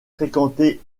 fréquenté